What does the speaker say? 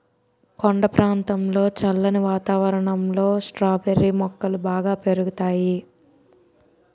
కొండ ప్రాంతంలో చల్లని వాతావరణంలో స్ట్రాబెర్రీ మొక్కలు బాగా పెరుగుతాయి